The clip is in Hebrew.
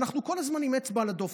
ואנחנו כל הזמן עם האצבע על הדופק.